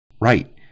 right